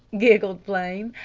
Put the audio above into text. giggled flame.